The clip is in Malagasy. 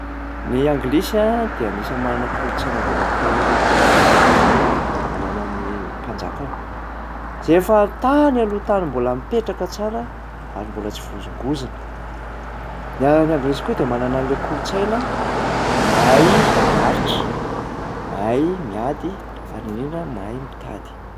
Ny anglisy a dia anisan'ny manana kolotsaina mbola mitahiry eran'izao tontolo izao manana ny mpajakany, zay efa tany aloha tany mbola mipetraka tsara ary mbola tsy voahozongozona. Ary ny anglisy koa dia manana an'lay kolontsaina mahay miharitra, mahay miady ary indrindra mahay mitady.